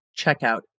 checkout